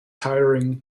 hiring